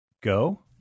go